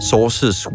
Sources